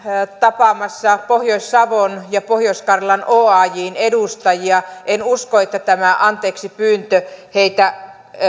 tapaamassa pohjois savon ja pohjois karjalan oajn edustajia en usko että tämä anteeksipyyntö heitä